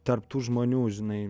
tarp tų žmonių žinai